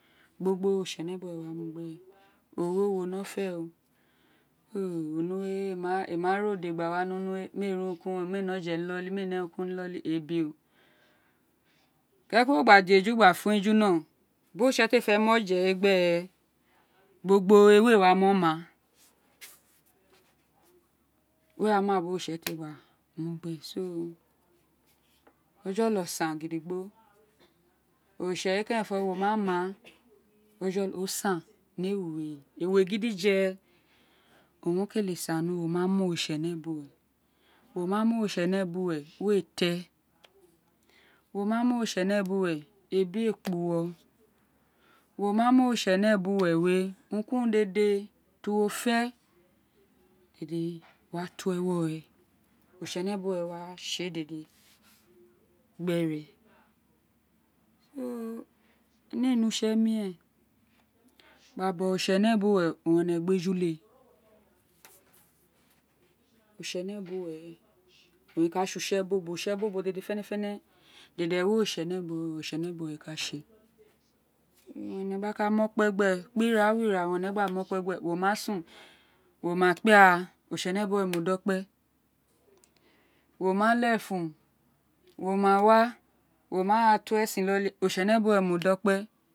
Gbo gboweoritsénè bu wé wa mu unin gberé ogho wo no mu unin gbere ogho wo no fé o ee onum emi ma ri ode gba wa nunuwe me rí urun me ee ni oje ni iloli mí éè né ururo ku urun ni iloli ebi o keke wo gba din eju gba fun eju no bi oritse fe tsi gbe mu oje we gbero gbo gbowe we wa mo maa we wa ma eme ti oritse te gba mu gbere ojoyo sen gi di gbo ori tse we keren fo wo ma ma ojolo san ni éwe ewé gidye owun wo kete san ni wo ma ma oritsene bu we wo mama oritsene buwe me tí éè wo ma ma oritsene buwe ẽbi ee kpa uwo wo mai ma oritsene buwe we urun ku urun dede ti wo fe dede wa to éwo re oritse ne buws wa tsi éi dede gbeño énè éè ní utse omina gba boglie ori tí énè buwe owin énè gbejyle oritsent by oule oritsene by we we re ka tsi utse ebobo utseebobo dede leñafenè dete fwo oritsene bune owin re kathile owun eng gba ka mu okps gbe kps owun ka fonofene town ouân énè ua mi o kipe britsen buwe modoops wo wa ma ma leturn wo ma wa ra to esen iloli oritse mo dọ kpe.